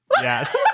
Yes